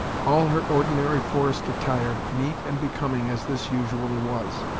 all her ordinary forest attire, neat and becoming as this usually was,